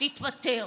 תתפטר.